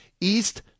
East